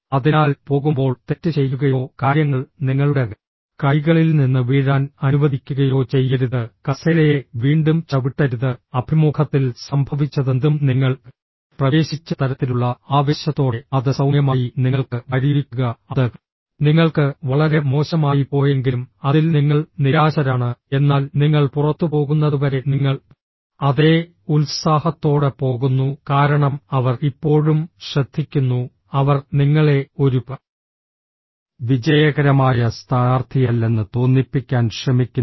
അതിനാൽ പോകുമ്പോൾ തെറ്റ് ചെയ്യുകയോ കാര്യങ്ങൾ നിങ്ങളുടെ കൈകളിൽ നിന്ന് വീഴാൻ അനുവദിക്കുകയോ ചെയ്യരുത് കസേരയെ വീണ്ടും ചവിട്ടരുത് അഭിമുഖത്തിൽ സംഭവിച്ചതെന്തും നിങ്ങൾ പ്രവേശിച്ച തരത്തിലുള്ള ആവേശത്തോടെ അത് സൌമ്യമായി നിങ്ങൾക്ക് വഴിയൊരുക്കുക അത് നിങ്ങൾക്ക് വളരെ മോശമായിപ്പോയെങ്കിലും അതിൽ നിങ്ങൾ നിരാശരാണ് എന്നാൽ നിങ്ങൾ പുറത്തുപോകുന്നതുവരെ നിങ്ങൾ അതേ ഉത്സാഹത്തോടെ പോകുന്നു കാരണം അവർ ഇപ്പോഴും ശ്രദ്ധിക്കുന്നു അവർ നിങ്ങളെ ഒരു വിജയകരമായ സ്ഥാനാർത്ഥിയല്ലെന്ന് തോന്നിപ്പിക്കാൻ ശ്രമിക്കുന്നു